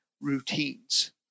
routines